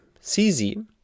CZ